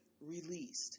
released